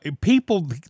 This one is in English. people